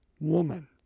woman